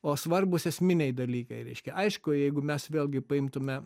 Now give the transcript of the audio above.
o svarbūs esminiai dalykai reiškia aišku jeigu mes vėlgi paimtume